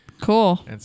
Cool